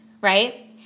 right